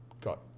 got